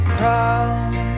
proud